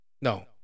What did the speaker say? No